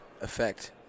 effect